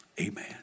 amen